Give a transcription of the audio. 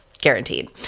guaranteed